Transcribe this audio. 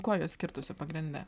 kuo jos skirtųsi pagrinde